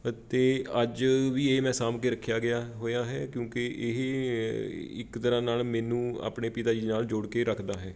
ਅਤੇ ਅੱਜ ਵੀ ਇਹ ਮੈਂ ਸਾਂਭ ਕੇ ਰੱਖਿਆ ਗਿਆ ਹੋਇਆ ਹੈ ਕਿਉਂਕਿ ਇਹ ਇੱਕ ਤਰ੍ਹਾਂ ਨਾਲ ਮੈਨੂੰ ਆਪਣੇ ਪਿਤਾ ਜੀ ਦੇ ਨਾਲ ਜੋੜ ਕੇ ਰੱਖਦਾ ਹੈ